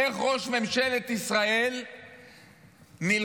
איך ראש ממשלת ישראל נלחם,